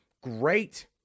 great